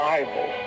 Bible